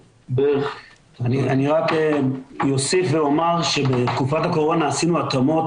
אני רק אוסיף ואומר שבתקופת הקורונה עשינו התאמות